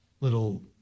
little